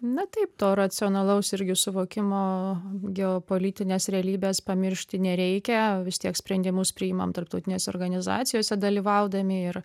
na taip to racionalaus irgi suvokimo geopolitinės realybės pamiršti nereikia vis tiek sprendimus priimam tarptautinėse organizacijose dalyvaudami ir